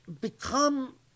become